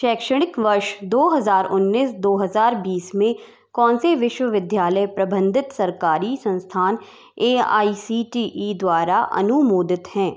शैक्षणिक वर्ष दो हज़ार उन्नीस दो हज़ार बीस में कौन से विश्वविद्यालय प्रबंधित सरकारी संस्थान A I C T E द्वारा अनुमोदित हैं